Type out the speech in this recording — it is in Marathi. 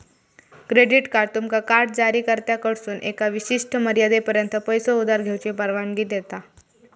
क्रेडिट कार्ड तुमका कार्ड जारीकर्त्याकडसून एका विशिष्ट मर्यादेपर्यंत पैसो उधार घेऊची परवानगी देता